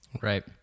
Right